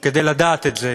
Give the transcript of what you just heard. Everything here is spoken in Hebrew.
כדי לדעת את זה.